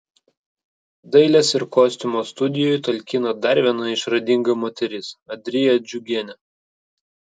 dailės ir kostiumo studijai talkina dar viena išradinga moteris adrija džiugienė